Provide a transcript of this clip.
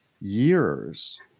years